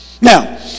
Now